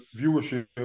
viewership